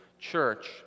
church